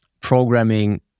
programming